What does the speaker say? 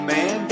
Man